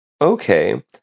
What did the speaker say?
Okay